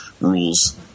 rules